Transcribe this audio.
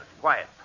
Quiet